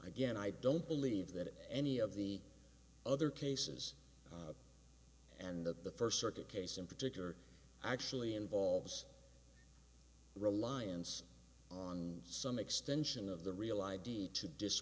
again i don't believe that any of the other cases and the first circuit case in particular actually involves reliance on some extension of the real id to desc